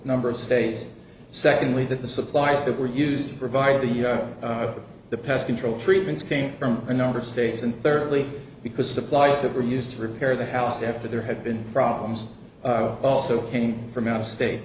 number of states secondly that the supplies that were used to provide the the pest control treatments came from a number of states and thirdly because supplies that were used to repair the house after there had been problems also came from out of state